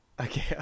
Okay